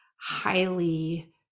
highly